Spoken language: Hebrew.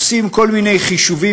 עושים כל מיני חישובים,